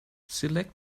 select